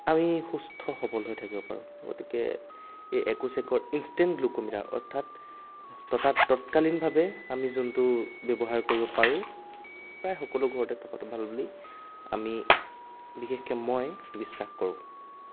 আমি সুস্থ সৱল হৈ থাকিব পাৰোঁ গতিকে এই একুছেকৰ ইনষ্টেণ্ট গ্লুক'মিটাৰ অৰ্থাৎ ততা তৎকালীনভাৱে আমি যোনটো ব্যৱহাৰ কৰিব পাৰোঁ প্ৰায় সকলো ঘৰতে থকাটো ভাল বুলি আমি বিশেষকৈ মই বিশ্বাস কৰোঁ